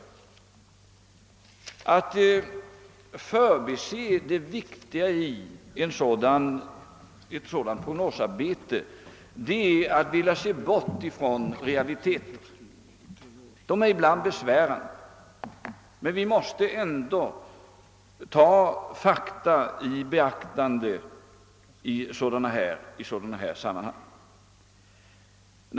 Att förbise det viktiga i ett sådant prognosarbete är att vilja se bort från realiteter. De är ibland besvärande, men vi måste ändå ta fakta i beaktande i sådana här sammanhang.